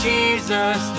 Jesus